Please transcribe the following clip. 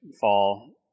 fall